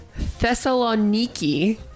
Thessaloniki